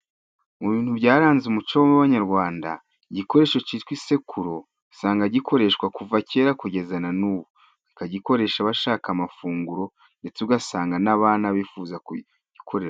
Mu bintu byaranze umuco w'abanyarwanda, igikoresho citwa isekururo usanga gikoreshwa kuva kera kugeza na n'ubu, bakagikoresha bashaka amafunguro ndetse ugasanga n'abana bifuza kugikorera.